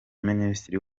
minisitiri